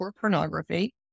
pornography